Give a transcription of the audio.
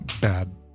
bad